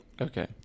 okay